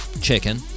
Chicken